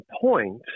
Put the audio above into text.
point